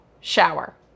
shower